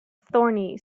thorny